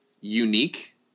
unique